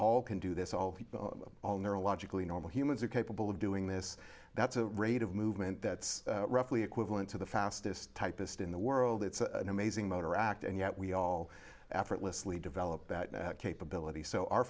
all can do this all all neurologically normal humans are capable of doing this that's a rate of movement that's roughly equivalent to the fastest typist in the world it's a amazing motor act and yet we all effortlessly develop that capability so our